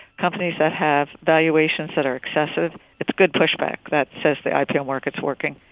companies that have valuations that are excessive it's good pushback. that says the ipo market's working.